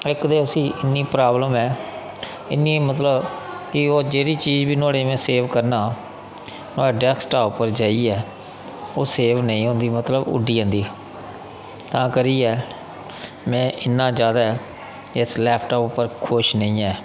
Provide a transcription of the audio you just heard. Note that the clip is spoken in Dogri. इक ते उसी इन्नी प्राब्लम ऐ इन्नी मतलब कि ओह् जेह्ड़ी चीज बी नुआड़े च सेव करना डैस्कटाप पर जाइयै ओह् सेव नेईं होंदी मतलब उड्डी जंदी तां करियै में इन्ना जैदा इस लैप टाप पर खुश नेईं ऐं